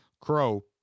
crow